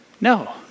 No